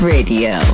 Radio